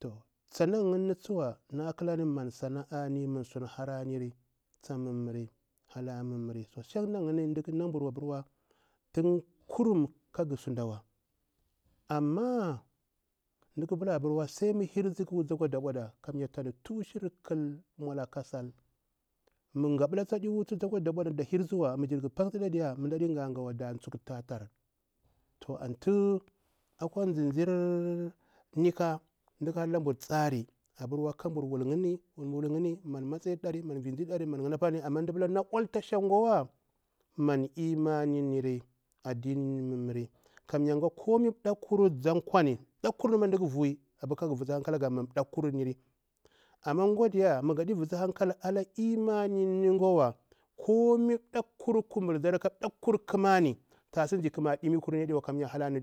To tsana yinni tsuwa mda yuɓular surharani muri sana'a, tsa mummuri halar mummuri shang na yinni mda ku nalabur aburwa tum kurum kaga suɗawa amma mda ƙa pila sai ma hirsi ƙa wutusi akwa daɓwada ƙalmaula ka sal mu gaɓulasi adi wutusi akwa daɓwa wadiya da tsukta tatar antu akwa zinzir nika mda ƙa halla mbur tsari abur wul yinni kabur wal yinni ma matsaya dari, amma mda pula na olta shang wa man lmanin ni ri addinin ni mummuri komai ɗakkur za kwani ɗakkurini ma mda ƙa vuyi kara vusu hankalaga man ɗakkurirni iri amma gwa diya mu gaɗi vusu hamkal wa ala lmanin gwa wa komai ɗakkurur kumur zari a su zi ƙuma ɗimi kurinni aɗiwa kanya halari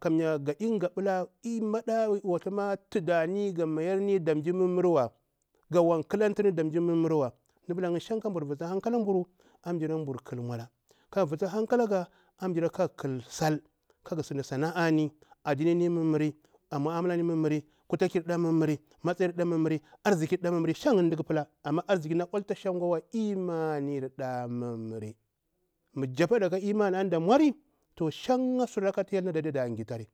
kamya gadai gahɓi la halawa gaɗi gahbila mayani ga tudani da mji mummuriwa gawan ƙalantini wa mda pila shang yini ka mbur yusu hankala mburu amshara mbur ƙal maula kara vusu hankalaga amshara kara ƙal- sal, sana'a ni, addinirni mum muri, mu'amala ni mummuri, kirɗa mummuri arzikir ɗa, amma na shang lmanirna mummuri, mu japuɗa ka lmani antu da mauri shang sutu hyel nada da gitari.